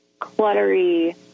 cluttery